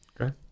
Okay